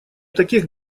таких